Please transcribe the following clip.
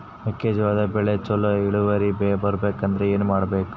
ಮೆಕ್ಕೆಜೋಳದ ಬೆಳೆ ಚೊಲೊ ಇಳುವರಿ ಬರಬೇಕಂದ್ರೆ ಏನು ಮಾಡಬೇಕು?